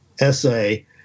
essay